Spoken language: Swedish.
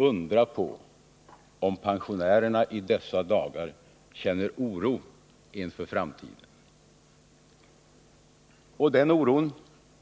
Undra på om pensionärerna i dessa dagar känner oro inför framtiden! Och den oron